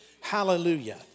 Hallelujah